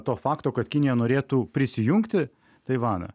to fakto kad kinija norėtų prisijungti taivaną